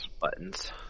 Buttons